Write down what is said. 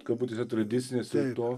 kabutėse tradicinės ir to